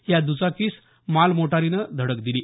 या दुचाकीस मालमोटारीने धडक दिली